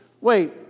wait